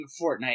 Fortnite